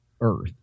earth